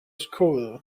school